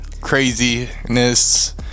craziness